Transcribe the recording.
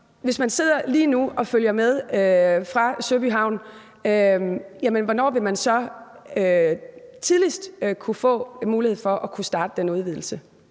hvis man sidder lige nu og følger med fra Søby Havn – stille spørgsmålet: Hvornår vil man så tidligt kunne få mulighed for at kunne starte den udvidelse?